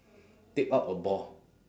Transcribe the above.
tape up a ball